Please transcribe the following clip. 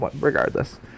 regardless